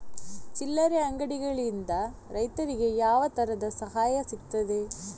ಚಿಲ್ಲರೆ ಅಂಗಡಿಗಳಿಂದ ರೈತರಿಗೆ ಯಾವ ತರದ ಸಹಾಯ ಸಿಗ್ತದೆ?